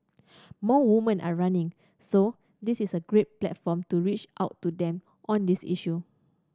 more woman are running so this is a great platform to reach out to them on this issue